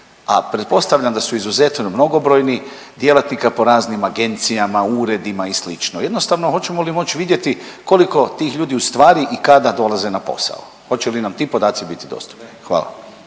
a pretpostavljam da su izuzetno mnogobrojni djelatnika po raznim agencijama, uredima i slično, jednostavno hoćemo li moć vidjeti koliko tih ljudi ustvari i kada dolaze na posao, hoće li nam ti podaci biti dostupni? Hvala.